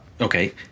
okay